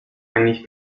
eigentlich